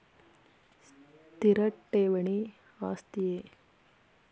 ಸ್ಥಿರ ಠೇವಣಿ ಆಸ್ತಿಯೇ?